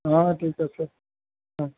অঁ ঠিক আছে